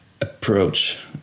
approach